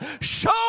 Show